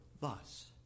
thus